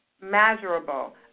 measurable